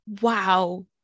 wow